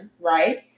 right